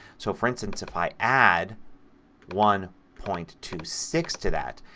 so for instance if i add one point two six to that,